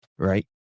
Right